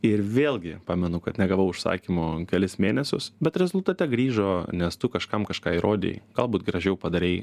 ir vėlgi pamenu kad negavau užsakymų kelis mėnesius bet rezultate grįžo nes tu kažkam kažką įrodei galbūt gražiau padarei